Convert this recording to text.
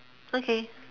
okay